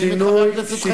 שומעים את חבר הכנסת חסון.